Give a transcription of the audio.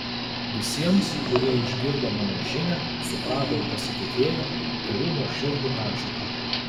visiems kurie išgirdo mano žinią suprato ir pasitikėjo tariu nuoširdų ačiū